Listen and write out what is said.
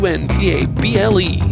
Untable